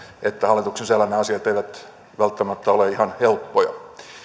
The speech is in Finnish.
että hallituksen sisällä nämä asiat eivät välttämättä ole ihan helppoja